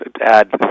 add